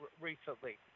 recently